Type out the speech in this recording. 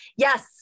Yes